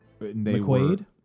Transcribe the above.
McQuaid